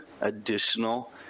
additional